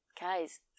guys